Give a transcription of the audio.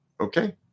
Okay